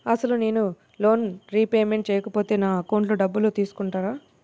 అసలు నేనూ loan repayment చేయకపోతే నా అకౌంట్లో డబ్బులు తీసుకుంటారా?